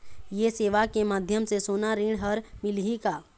ये सेवा के माध्यम से सोना ऋण हर मिलही का?